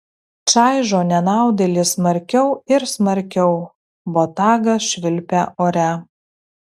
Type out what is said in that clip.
čaižo nenaudėlį smarkiau ir smarkiau botagas švilpia ore